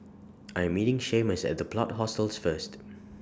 I Am meeting Seamus At The Plot Hostels First